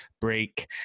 break